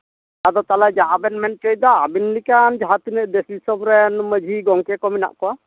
ᱟᱫᱚ ᱛᱟᱦᱞᱮ ᱡᱟᱦᱟᱸ ᱵᱮᱱ ᱢᱮᱱ ᱦᱚᱪᱮᱭᱫᱟ ᱟᱵᱮᱱ ᱞᱮᱠᱟ ᱡᱟᱦᱟᱸ ᱛᱤᱱᱟᱹᱜ ᱫᱮᱥᱼᱫᱤᱥᱚᱢ ᱨᱮᱱ ᱢᱟᱹᱡᱷᱤ ᱜᱚᱝᱠᱮ ᱠᱚ ᱢᱮᱱᱟᱜ ᱠᱚᱣᱟ